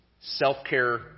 self-care